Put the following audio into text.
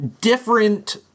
different